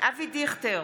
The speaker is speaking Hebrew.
אבי דיכטר,